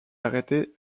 arrêtée